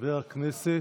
חבר הכנסת,